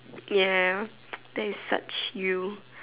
ya that is such you